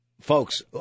folks